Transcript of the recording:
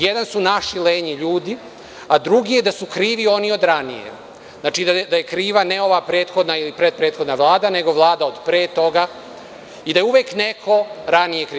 Jedan su naši lenji ljudi, a drugi je da su krivi oni od ranije, znači, da je kriva, ne ova prethodna ili pretprethodna vlada, nego vlada od pre toga i da je uvek neko ranije kriv.